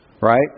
right